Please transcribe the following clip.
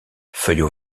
feuilles